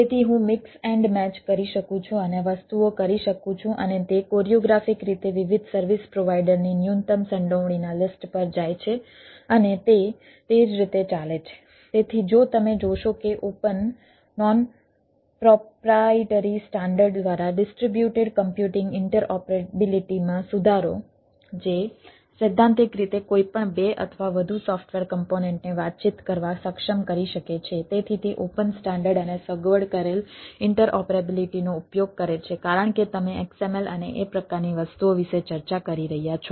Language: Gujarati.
તેથી હું મિક્સ એન્ડ મેચ દ્વારા ડિસ્ટ્રીબ્યુટેડ કમ્પ્યુટિંગ ઇન્ટરઓપરેબિલિટીમાં સુધારો જે સૈદ્ધાંતિક રીતે કોઈપણ બે અથવા વધુ સોફ્ટવેર કમ્પોનેન્ટને વાતચીત કરવા સક્ષમ કરી શકે છે તેથી તે ઓપન સ્ટાન્ડર્ડ અને સગવડ કરેલ ઇન્ટરઓપરેબિલિટીનો ઉપયોગ કરે છે કારણ કે તમે XML અને એ પ્રકારની વસ્તુઓ વિશે ચર્ચા કરી રહ્યાં છો